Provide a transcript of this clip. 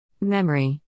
Memory